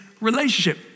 relationship